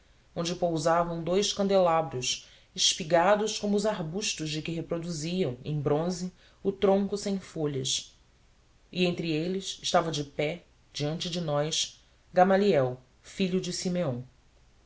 onde pousavam dous candelabros espigados como os arbustos de que reproduziam em bronze o tronco sem folhas e entre eles estava de pé diante de nós gamaliel filho de simeão